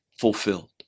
fulfilled